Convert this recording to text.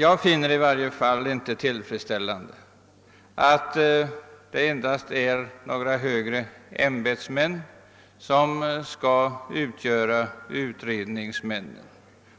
Jag finner det i varje fall för min del inte tillfredsställande att endast några högre ämbetsmän skall vara utredare